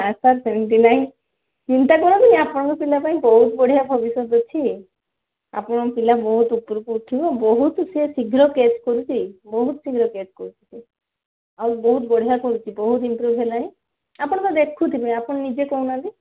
ନାଁ ସାର୍ ସେମିତି ନାଇଁ ଚିନ୍ତା କରନ୍ତୁନି ଆପଣଙ୍କ ପିଲାପାଇଁ ବହୁତ ବଢ଼ିଆ ଭବିଷ୍ୟତ ଅଛି ଆପଣଙ୍କ ପିଲା ବହୁତ ଉପରକୁ ଉଠିବ ବହୁତ ସିଏ ଶୀଘ୍ର କ୍ୟାଚ୍ କରୁଛି ବହୁତ ଶୀଘ୍ର କ୍ୟାଚ୍ କରୁଛି ସେ ଆଉ ବହୁତ ବଢ଼ିଆ କରୁଛି ବହୁତ ଇମ୍ପୃଭ୍ ହେଲାଣି ଆପଣ ତ ଦେଖୁଥିବେ ଆପଣ ନିଜେ କହୁ ନାହାଁନ୍ତି